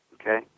Okay